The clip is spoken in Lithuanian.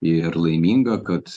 ir laiminga kad